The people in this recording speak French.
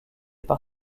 par